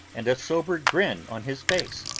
and a sober grin on his face,